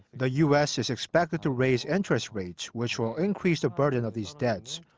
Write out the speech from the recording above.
the u s. is expected to raise interest rates, which will increase the burden of these debts,